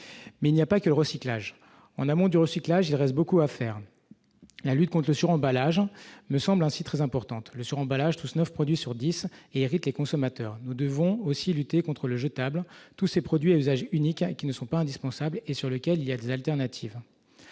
mais il n'y a pas que le recyclage en amont du recyclage, il reste beaucoup à faire, la lutte conte le sur-emballage ne semble ainsi très importante le suremballage tous 9 produits sur 10 Éric les consommateurs, nous devons aussi lutter contre le jetable, tous ces produits à usage unique, qui ne sont pas indispensables et sur lequel il y a des alternatives,